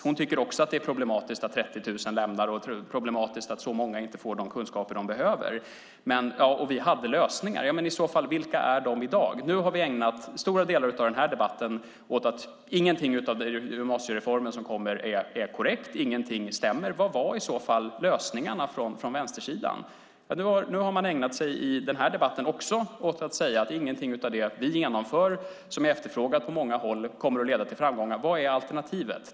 Hon tycker också att det är problematiskt att 30 000 lämnar gymnasieskolan och inte får den kunskap de behöver. Hon säger att man hade lösningar. Men i så fall undrar jag: Vilka är de i dag? Nu har man ägnat stora delar av den här debatten åt att säga att ingenting av den gymnasiereform som kommer är korrekt. Ingenting stämmer. Vad var i så fall lösningarna från vänstersidan? Nu har man i den här debatten också ägnat sig åt att säga att ingenting av det vi genomför, som är efterfrågat på många håll, kommer att leda till framgångar. Vad är alternativet?